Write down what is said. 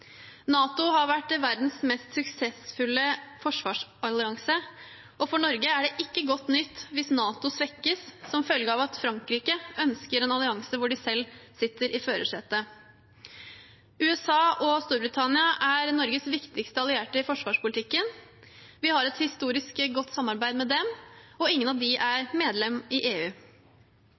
NATO har vært verdens mest suksessfulle forsvarsallianse, og for Norge er det ikke godt nytt hvis NATO svekkes som følge av at Frankrike ønsker en allianse hvor de selv sitter i førersetet. USA og Storbritannia er Norges viktigste allierte i forsvarspolitikken. Vi har et historisk godt samarbeid med dem, og ingen av dem er medlem i EU.